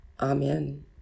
Amen